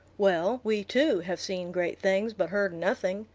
well, we, too, have seen great things, but heard nothing.